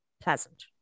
pleasant